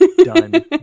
done